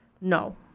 No